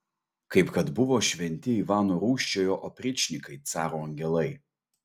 kaip kad buvo šventi ivano rūsčiojo opričnikai caro angelai